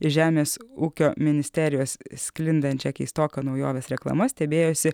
iš žemės ūkio ministerijos sklindančia keistoka naujovės reklama stebėjosi